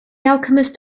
alchemist